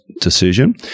decision